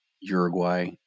Uruguay